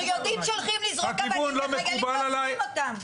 בריונים שהולכים לזרוק אבנים וחיילים מאבטחים אותם.